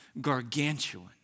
gargantuan